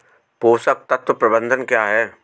पोषक तत्व प्रबंधन क्या है?